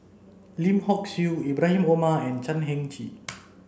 Lim Hock Siew Ibrahim Omar and Chan Heng Chee